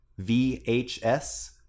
VHS